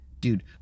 dude